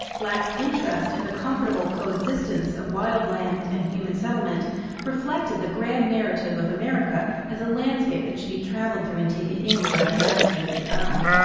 black's interest in the comfortable coexistence of wild land and human settlement reflected the grand narrative of america as a landscape that should be traveled through and taken in by the mastery of the eye.